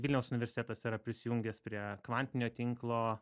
vilniaus universitetas yra prisijungęs prie kvantinio tinklo